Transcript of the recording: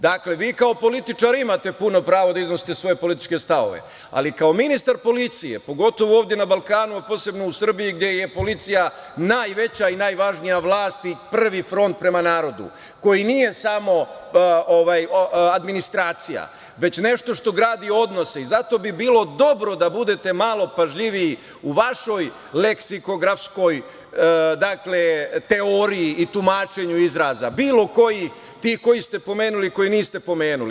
Dakle, vi kao političar imate puno pravo da iznosite svoje političke stavove, ali kao ministar policije, pogotovo ovde na Balkanu, a posebno u Srbiji, gde je policija najveća i najvažnija vlast i prvi front prema narodu, koji nije samo administracija, već nešto što gradi odnose i zato bi bilo dobro da budete malo pažljiviji u vašoj leksikografskoj teoriji i tumačenju izraza, bilo koji, ti koje ste pomenuli i koje niste pomenuli.